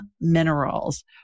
Minerals